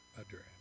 Address